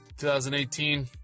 2018